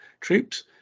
troops